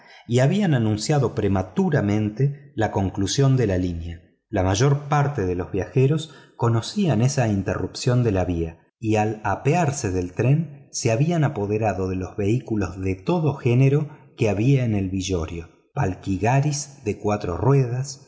y habían anunciado prematuramente la conclusión de la línea la mayor parte de los viajeros conocían esa interrupción de la vía y al apearse del tren se habían apoderado de los vehículos de todo género que había en el villorrio paikigharis de cuatro ruedas